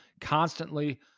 constantly